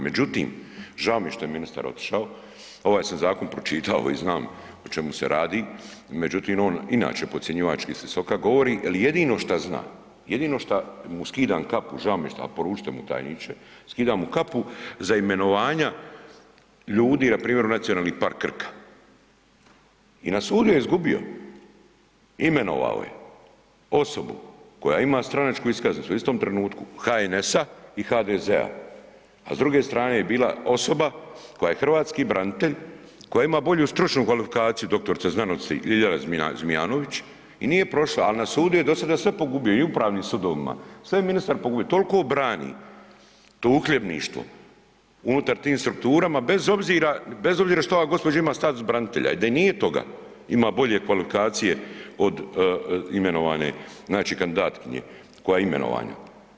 Međutim, žao mi je što je ministar otišao, ovaj sam zakon pročitao i znam o čemu se radi, međutim on inače podcjenjivački s visoka govori jel jedino šta znam, jedino šta mu skidam kapu, žao mi je šta, a poručite mu tajničke za imenovanja ljudi npr. u Nacionalni park Krka i na sudu je izgubio, imenovao je osobu koja ima stranačku iskaznicu u istom trenutku HNS-a i HDZ-a, a s druge strane je bila osoba koja je hrvatski branitelj koja ima bolju stručnu kvalifikaciju Ljiljana Zmijanović i nije prošla, ali na sudu je dosada sve pogubia i upravnim sudovima, sve je ministar pogubia, toliko brani to uhljebništvo unutar tim strukturama, bez obzira što ova gospođa ima status branitelja, a i da nije toga ima bolje kvalifikacije od imenovane znači kandidatkinje koja je imenova.